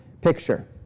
picture